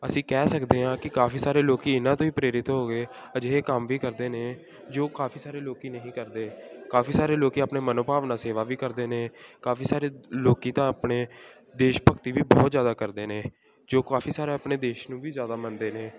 ਅਸੀਂ ਕਹਿ ਸਕਦੇ ਹਾਂ ਕਿ ਕਾਫੀ ਸਾਰੇ ਲੋਕ ਇਹਨਾਂ ਤੋਂ ਹੀ ਪ੍ਰੇਰਿਤ ਹੋ ਗਏ ਅਜਿਹੇ ਕੰਮ ਵੀ ਕਰਦੇ ਨੇ ਜੋ ਕਾਫੀ ਸਾਰੇ ਲੋਕ ਨਹੀਂ ਕਰਦੇ ਕਾਫੀ ਸਾਰੇ ਲੋਕ ਆਪਣੇ ਮਨੋਭਾਵਨਾ ਸੇਵਾ ਵੀ ਕਰਦੇ ਨੇ ਕਾਫੀ ਸਾਰੇ ਲੋਕ ਤਾਂ ਆਪਣੇ ਦੇਸ਼ ਭਗਤੀ ਵੀ ਬਹੁਤ ਜ਼ਿਆਦਾ ਕਰਦੇ ਨੇ ਜੋ ਕਾਫੀ ਸਾਰੇ ਆਪਣੇ ਦੇਸ਼ ਨੂੰ ਵੀ ਜ਼ਿਆਦਾ ਮੰਨਦੇ ਨੇ